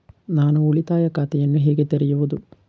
ನಾನು ಉಳಿತಾಯ ಖಾತೆಯನ್ನು ಹೇಗೆ ತೆರೆಯುವುದು?